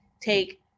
take